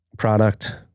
product